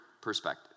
perspective